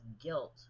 guilt